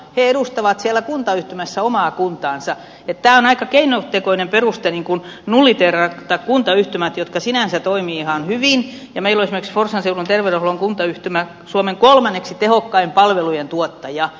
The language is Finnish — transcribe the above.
he edustavat siellä kuntayhtymässä omaa kuntaansa että tämä on aika keinotekoinen peruste nuliteerata kuntayhtymät jotka sinänsä toimivat ihan hyvin ja meillä on esimerkiksi forssan seudun terveydenhuollon kuntayhtymä suomen kolmanneksi tehokkain palvelujentuottaja